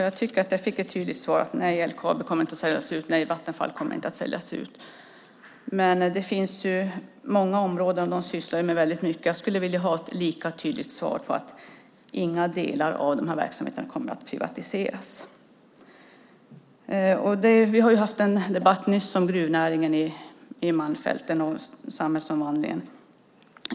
Jag tycker att jag fick ett tydligt svar: Nej, LKAB kommer inte att säljas ut. Nej, Vattenfall kommer inte att säljas ut. Men de sysslar ju med väldigt mycket. Jag skulle vilja ha ett lika tydligt svar att inga delar av de här verksamheterna kommer att privatiseras. Vi har nyss haft en debatt om gruvnäringen i Malmfälten och samhällsomvandlingen.